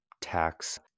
tax